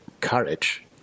courage